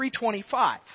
325